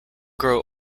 grow